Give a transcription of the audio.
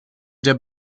der